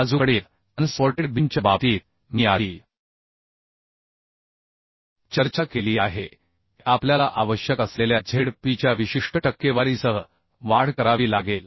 बाजूकडील असमर्थित बीमच्या बाबतीत मी आधी चर्चा केली आहे की आपल्याला आवश्यक असलेल्या z p च्या विशिष्ट टक्केवारीसह वाढ करावी लागेल